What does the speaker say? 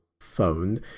phone